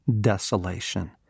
desolation